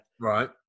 right